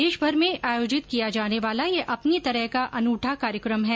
देशभर में आयोजित किया जाने वाला यह अपनी तरह का अनूठा कार्यक्रम है